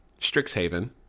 Strixhaven